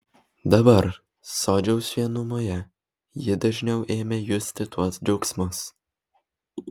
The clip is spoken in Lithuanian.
dabar sodžiaus vienumoje ji dažniau ėmė justi tuos džiaugsmus